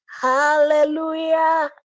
hallelujah